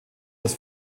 das